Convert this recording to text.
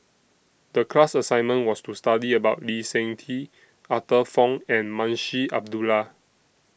The class assignment was to study about Lee Seng Tee Arthur Fong and Munshi Abdullah